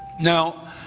Now